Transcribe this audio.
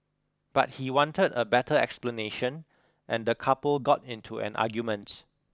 but he wanted a better explanation and the couple got into an argument